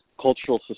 cultural